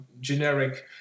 generic